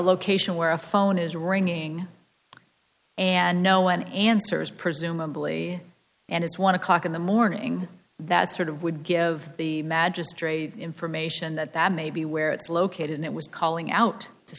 location where a phone is ringing and no one answers presumably and it's one o'clock in the morning that's sort of would give the magistrate information that that may be where it's located it was calling out to